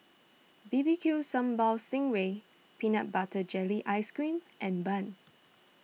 B B Q Sambal Sting Ray Peanut Butter Jelly Ice Cream and Bun